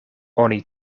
oni